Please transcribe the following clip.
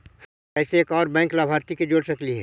हम कैसे एक और बैंक लाभार्थी के जोड़ सकली हे?